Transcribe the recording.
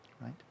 Right